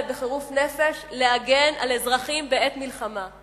בחירוף נפש להגן על אזרחים בעת מלחמה.